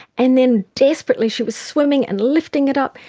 and then desperately she was swimming and lifting it up.